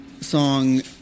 song